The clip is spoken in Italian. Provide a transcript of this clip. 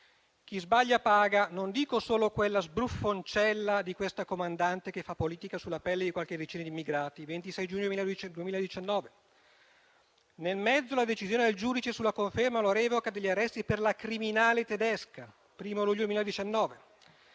«Chi sbaglia paga. Non dico solo quella sbruffoncella di questa comandante che fa politica sulla pelle di qualche decina di immigrati» (26 giugno 2019). «Nel mezzo, la decisione del giudice sulla conferma o la revoca degli arresti per la criminale tedesca» (1° luglio 2019).